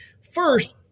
First